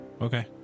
Okay